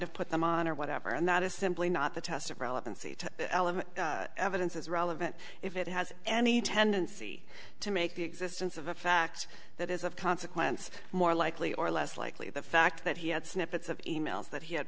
have put them on or whatever and that is simply not the test of relevancy to evidence is relevant if it has any tendency to make the existence of a fact that is of consequence more likely or less likely the fact that he had snippets of e mails that he had